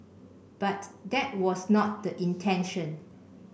but that was not the intention